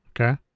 Okay